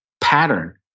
pattern